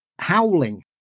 Howling